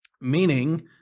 meaning